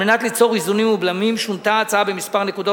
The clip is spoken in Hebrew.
כדי ליצור איזונים ובלמים שונתה ההצעה בכמה נקודות